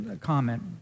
comment